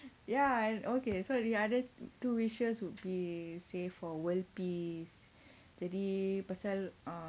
ya okay so the other two wishes would be say for world peace jadi pasal err